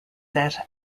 set